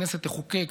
כנסת תחוקק,